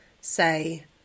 say